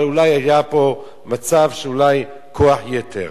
אבל אולי היה פה מצב של כוח יתר.